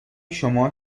شما